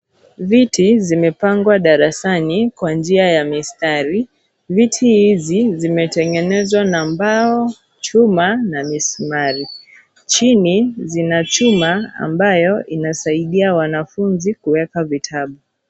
Viti zimepangwa darasani kwa njia ya mistari. Viti hizi zimetengezwa na mbao, chuma na misumari. Chini zina chuna ambayo inasaidia wanafunzi kuweka vitabu.